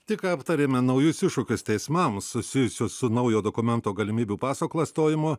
tik ką aptarėme naujus iššūkius teismams susijusius su naujo dokumento galimybių paso klastojimu